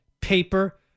paper